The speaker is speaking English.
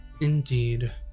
Indeed